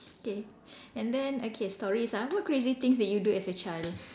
okay and then okay stories ah what crazy things did you do as a child